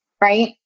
right